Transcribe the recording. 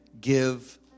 give